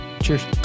Cheers